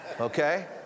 Okay